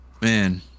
Man